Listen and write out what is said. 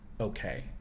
okay